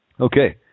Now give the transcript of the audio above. Okay